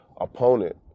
opponent